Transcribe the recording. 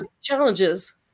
challenges